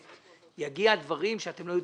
מדובר על דבר שאתם לא מכירים.